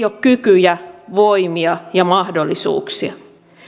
ole kykyjä voimia ja mahdollisuuksia